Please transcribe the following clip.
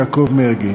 יעקב מרגי.